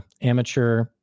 amateur